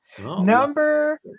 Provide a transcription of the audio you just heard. Number